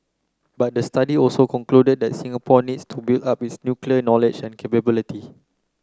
but the study also concluded that Singapore needs to build up its nuclear knowledge and capability